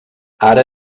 ara